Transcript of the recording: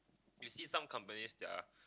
you see some companies they're